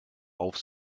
auf